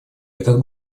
этот